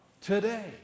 Today